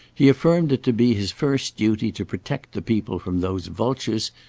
he affirmed it to be his first duty to protect the people from those vultures,